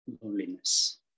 loneliness